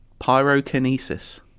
Pyrokinesis